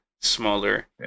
smaller